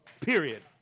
Period